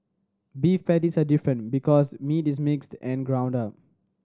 beef patties are different because meat is mixed and ground up